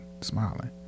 smiling